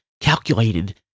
calculated